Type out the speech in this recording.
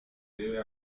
debe